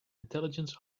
intelligence